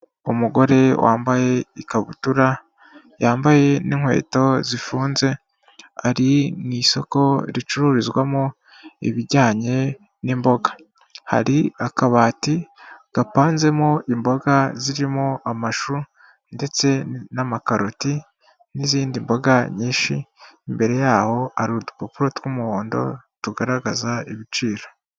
Umugore wambaye ikabutura, yambaye n'inkweto zifunze, ari mu isoko ricururizwamo ibijyanye n'imboga. Hari akabati kapanzemo imboga zirimo amashu, ndetse n'amakaroti, n'izindi mboga nyinshi imbere yaho, hari udupapuro tw'umuhondo tugaragaza ibiciro.